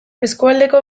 eskualdeko